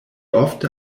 ofte